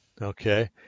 Okay